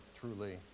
truly